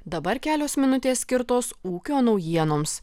dabar kelios minutės skirtos ūkio naujienoms